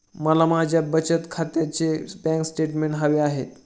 मला माझ्या बचत खात्याचे बँक स्टेटमेंट्स हवे आहेत